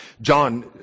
john